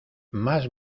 más